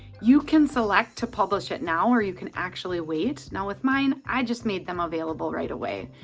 you can select to publish it now or you can actually wait. now with mine, i just made them available right away.